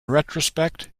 retrospect